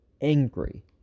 angry